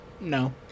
No